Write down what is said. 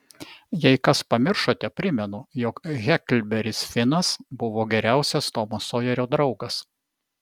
jei kas pamiršote primenu jog heklberis finas buvo geriausias tomo sojerio draugas